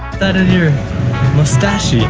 that on your mustache?